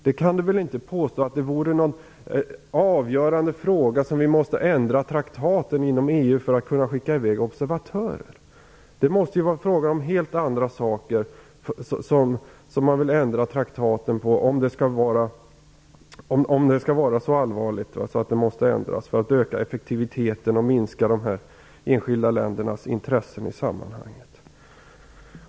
Ni kan väl inte påstå att det är en avgörande fråga och att vi måste ändra traktaten inom EU för att kunna skicka i väg observatörer? Det måste vara helt andra, allvarliga saker man tänker på när man säger att man vill ändra traktaten för att öka effektiviteten och minska de enskilda ländernas intressen i sammanhanget.